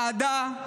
אהדה,